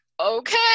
okay